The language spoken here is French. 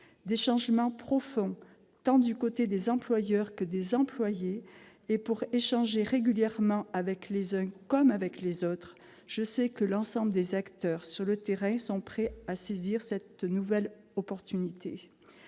des changements profonds du côté tant des employeurs que des employés. Pour échanger régulièrement avec les uns comme avec les autres, je sais que l'ensemble des acteurs, sur le terrain, sont prêts à se saisir de ces nouvelles opportunités.